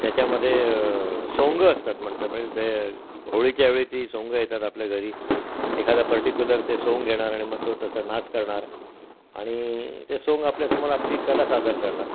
त्याच्यामधे सोंगं असतात म्हणतोय म्हणजे ते होळीच्या वेळी ती सोंगं येतात आपल्या घरी एखादा पर्टिक्युलर ते सोंग घेणार आणि मग तो तसा नाच करणार आणि ते सोंग आपल्यासमोर आपली कला सादर करणार